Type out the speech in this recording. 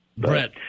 Brett